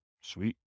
Sweet